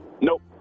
Nope